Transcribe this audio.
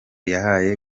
yahaye